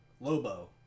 Lobo